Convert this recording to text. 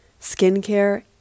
skincare